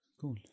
cool